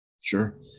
Sure